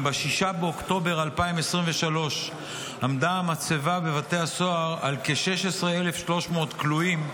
אם ב-6 באוקטובר 2023 עמדה המצבה בבתי הסוהר על כ-16,300 כלואים,